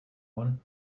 one